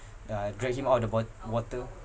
uh dragged him out of the wat~ water